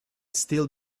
still